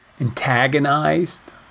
antagonized